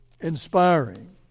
inspiring